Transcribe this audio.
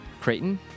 Creighton